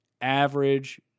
Average